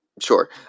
Sure